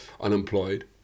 unemployed